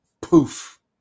poof